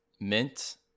mint